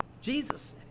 Jesus